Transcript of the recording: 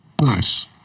Nice